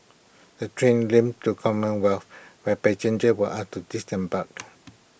the train limped to commonwealth where passengers were asked to disembark